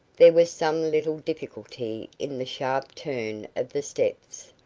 there was some little difficulty in the sharp turn of the steps,